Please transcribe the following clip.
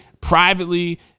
privately